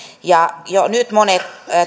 ja jo nyt monet